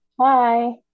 hi